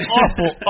awful